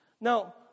Now